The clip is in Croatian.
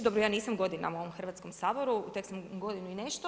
Dobro ja nisam godinama u ovom Hrvatskom saboru, tek sam godinu i nešto.